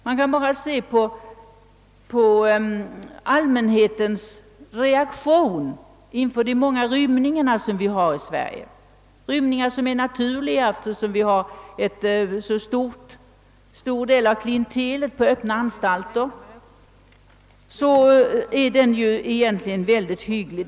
Man kan bara se på allmänhetens reaktion inför de många rymningarna i Sverige, rymningar som är naturliga, eftersom vi har en stor del av klientelet på öppna anstalter. Den är egentligen mycket hygglig.